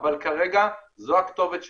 אבל כרגע זו הכתובת שלהם,